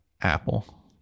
Apple